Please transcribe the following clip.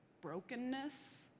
brokenness